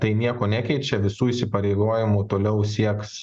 tai nieko nekeičia visų įsipareigojimų toliau sieks